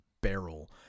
barrel